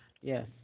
Yes